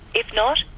if not,